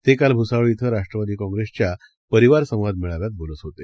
ते काल भूसावळ कें राष्ट्रवादी कॉप्रेसच्या परिवार संवाद मेळाव्यात बोलत होते